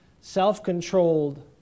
self-controlled